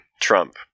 Trump